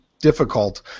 difficult